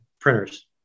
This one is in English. printers